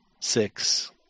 six